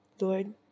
Lord